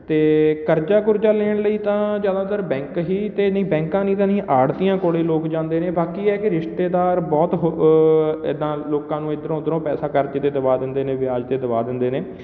ਅਤੇ ਕਰਜ਼ਾ ਕੁਰਜ਼ਾ ਲੈਣ ਲਈ ਤਾਂ ਜ਼ਿਆਦਾਤਰ ਬੈਂਕ ਹੀ ਤਾਂ ਨਹੀਂ ਬੈਂਕਾਂ ਨਹੀਂ ਤਾਂ ਨਹੀਂ ਆੜ੍ਹਤੀਆਂ ਕੋਲ ਲੋਕ ਜਾਂਦੇ ਨੇ ਬਾਕੀ ਇਹ ਕਿ ਰਿਸ਼ਤੇਦਾਰ ਬਹੁਤ ਹ ਇੱਦਾਂ ਲੋਕਾਂ ਨੂੰ ਇੱਧਰੋਂ ਉੱਧਰੋਂ ਪੈਸਾ ਕਰਜ਼ੇ 'ਤੇ ਦਿਵਾ ਦਿੰਦੇ ਨੇ ਵਿਆਜ 'ਤੇ ਦਿਵਾ ਦਿੰਦੇ ਨੇ